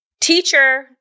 teacher